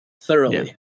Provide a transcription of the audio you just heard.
thoroughly